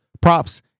props